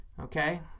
Okay